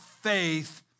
faith